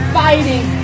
fighting